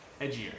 edgier